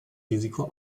risiko